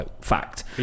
fact